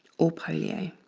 or polio.